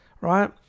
right